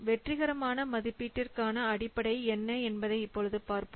வெற்றிகரமான மதிப்பீட்டிற்கான அடிப்படை என்ன என்பதை இப்பொழுது பார்ப்போம்